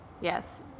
Yes